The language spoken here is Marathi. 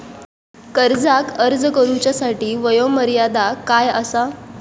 कर्जाक अर्ज करुच्यासाठी वयोमर्यादा काय आसा?